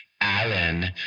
Alan